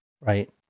right